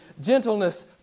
gentleness